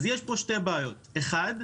יש פה שתי בעיות: ראשית,